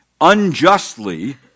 unjustly